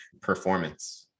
performance